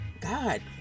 God